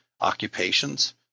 occupations